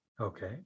Okay